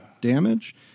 damage